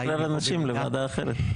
בסדר, משחרר אנשים לוועדה אחרת.